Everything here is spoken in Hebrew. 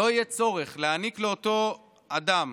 לא יהיה צורך להעניק לאותו אדם,